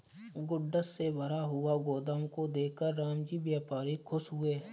goods से भरा हुआ गोदाम को देखकर रामजी व्यापारी खुश हुए